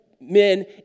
men